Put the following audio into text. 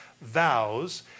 vows